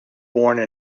born